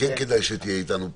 כן כדאי שתהיה איתנו פה,